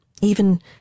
even